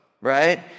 right